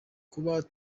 kuba